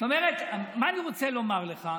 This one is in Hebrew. מה אני רוצה לומר לך?